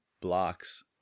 blocks